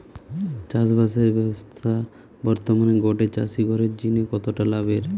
চাষবাসের ব্যাবসা বর্তমানে গটে চাষি ঘরের জিনে কতটা লাভের?